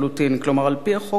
כלומר, על-פי החוק הקיים,